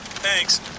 Thanks